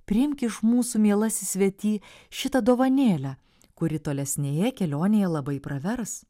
priimk iš mūsų mielasis svety šitą dovanėlę kuri tolesnėje kelionėje labai pravers